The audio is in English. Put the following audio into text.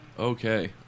Okay